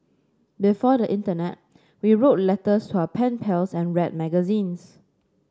before the internet we wrote letters to our pen pals and read magazines